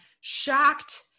shocked